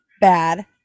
Bad